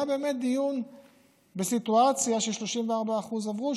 היה באמת דיון בסיטואציה ש-34% עברו,